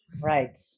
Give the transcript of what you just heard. Right